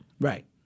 Right